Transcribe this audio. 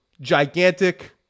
Gigantic